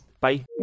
bye